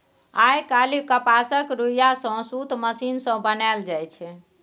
आइ काल्हि कपासक रुइया सँ सुत मशीन सँ बनाएल जाइ छै